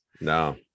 No